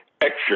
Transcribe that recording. extra